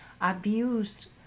abused